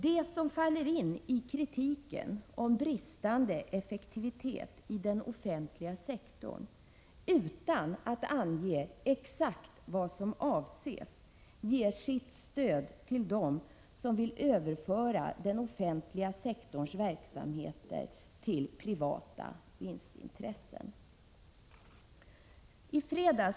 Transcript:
De som faller in i kritiken mot den offentliga sektorn och talar om brist på effektivitet utan att exakt ange vad som avses ger sitt stöd till dem som vill överföra den offentliga sektorns verksamheter till privata vinstintressen. Fru talman!